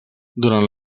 durant